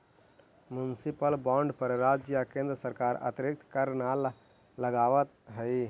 municipal bond पर राज्य या केन्द्र सरकार अतिरिक्त कर न लगावऽ हइ